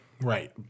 Right